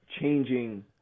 changing